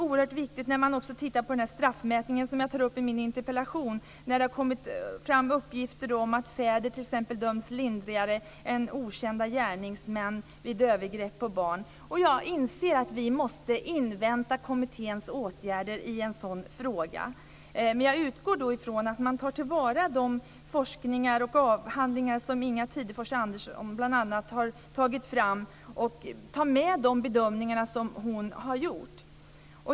När man tittar på straffmätningen, som jag tar upp i min interpellation, där det kommit fram uppgifter om att fäder döms lindrigare än okända gärningsmän vid övergrepp på barn, inser jag att vi måste invänta kommitténs åtgärder i en sådan fråga. Men jag utgår från att man tar till vara den forskning och den avhandling som Inga Tidefors Andersson har tagit fram och tar med de bedömningar som hon har gjort.